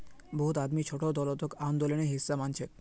बहुत आदमी छोटो दौलतक आंदोलनेर हिसा मानछेक